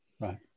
right